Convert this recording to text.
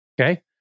Okay